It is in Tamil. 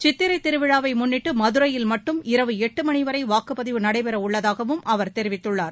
சித்திரைத் திருவிழாவை முன்னிட்டு மதுரையில் மட்டும் இரவு எட்டு மணிவரை வாக்குப்பதிவு நடைபெறவுள்ளதாகவும் அவர் தெரிவித்துள்ளார்